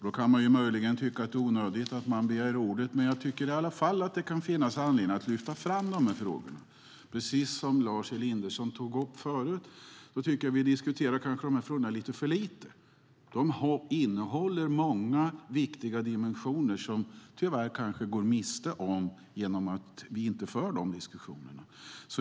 Då kan man möjligen tycka att det är onödigt att begära ordet, men jag tycker i alla fall att det kan finnas anledning att lyfta fram de här frågorna. Precis som Lars Elinderson tycker jag att vi kanske diskuterar de här frågorna lite för lite. De innehåller många viktiga dimensioner som vi tyvärr kanske går miste om genom att vi inte för de diskussionerna.